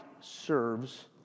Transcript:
serves